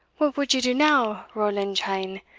what would ye do now, roland cheyne,